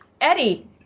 Eddie